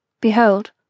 Behold